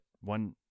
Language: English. one